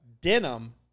denim